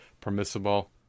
permissible